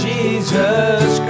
Jesus